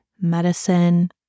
medicine